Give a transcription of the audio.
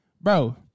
Bro